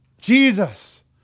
Jesus